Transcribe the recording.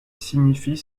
signifient